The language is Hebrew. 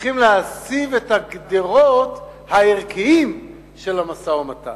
צריכים להציב את הגדרות הערכיים של המשא-ומתן,